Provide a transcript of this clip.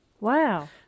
Wow